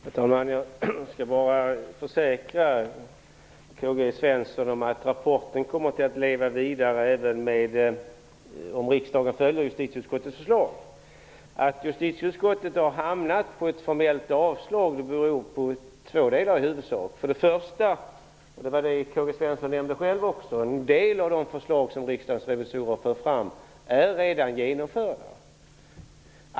Herr talman! Jag skall bara försäkra K-G Svenson om att rapporten kommer att leva vidare även om riksdagen följer justitieutskottets förslag. Att justitieutskottet har hamnat på ett yrkande om formellt avslag beror i huvudsak på två saker. Först och främst, vilket K-G Svenson nämnde själv, är en del av de förslag som Riksdagens revisorer för fram redan genomförda.